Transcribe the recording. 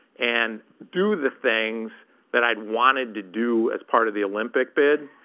and do the things that i'd wanted to do as part of the olympic bid,